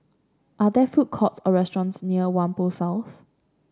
are there food courts or restaurants near Whampoa South